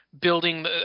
building